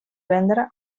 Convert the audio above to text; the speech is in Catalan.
vendre